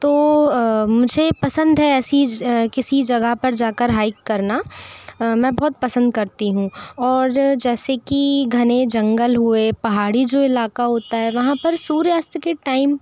तो मुझे पसंद है ऐसी किसी जगह पर जा कर हाइक करना मैं बहुत पसंद करती हूँ और जैसे कि घने जंगल हुए पहाड़ी जो इलाका होता है वहाँ पर सूर्यास्त के टाइम